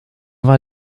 war